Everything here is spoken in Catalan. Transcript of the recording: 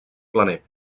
planer